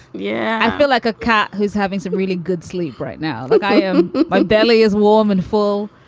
yeah, i feel like a cat who's having some really good sleep right now. look, i. um my belly is warm and full.